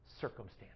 circumstance